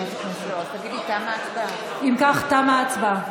אם כך, תמה ההצבעה.